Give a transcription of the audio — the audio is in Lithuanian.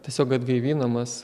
tiesiog atgaivinamas